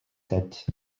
sept